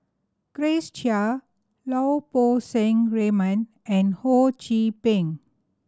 Grace Chia Lau Poo Seng Raymond and Ho Chee Ping